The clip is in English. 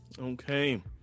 Okay